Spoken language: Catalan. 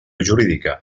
jurídica